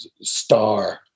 star